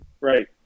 Right